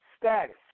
status